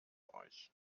euch